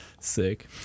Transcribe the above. Sick